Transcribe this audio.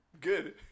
Good